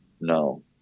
No